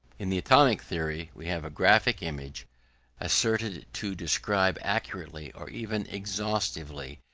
in the atomic theory we have a graphic image asserted to describe accurately, or even exhaustively,